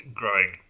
growing